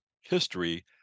history